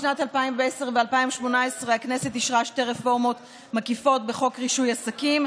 בשנת 2010 ו-2018 הכנסת אישרה שתי רפורמות מקיפות בחוק רישוי עסקים,